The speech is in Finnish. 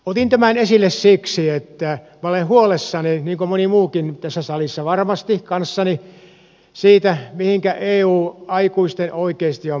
otin tämän esille siksi että minä olen huolissani niin kuin moni muukin tässä salissa varmasti kanssani siitä mihin eu aikuisten oikeesti on menossa